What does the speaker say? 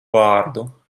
vārdu